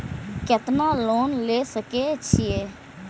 केतना लोन ले सके छीये?